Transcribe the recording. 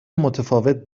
متفاوت